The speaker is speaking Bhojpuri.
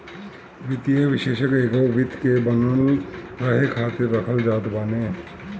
वित्तीय विषेशज्ञ एगो वित्त के बनल रहे खातिर रखल जात बाने